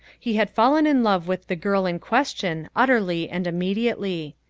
he had fallen in love with the girl in question utterly and immediately.